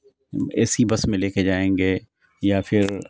اے C bus میں لے کے جائیں گے یا پھر